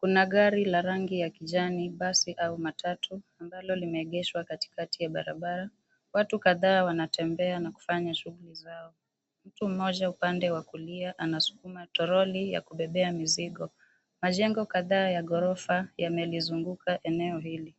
Kuna gari la rangi ya kijani basi au matatu ambalo limeegeshwa katikati ya barabara, watu kadhaa wanatembea na kufanya shughuli zao. Mtu mmoja upande wa kulia anasukuma troli ya kubebea mizigo, majengo kadhaa ya gorofa yamelizunguka eneo hili.